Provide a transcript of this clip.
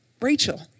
Rachel